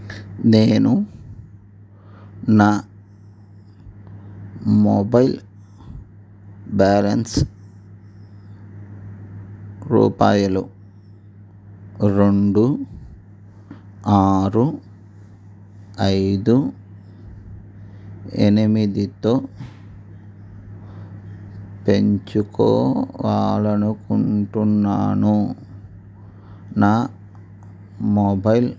నేను నా mobile balance రూపాయలు రెండు ఆరు ఐదు ఎనిమిదితో పెంచుకోవాలనుకుంటున్నాను నా మొబైల్